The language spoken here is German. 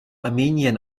armenien